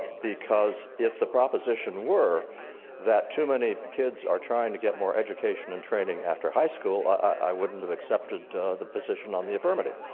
because if the proposition were that too many kids are trying to get more education and training after high school, i wouldn't have accepted the position on the affirmative.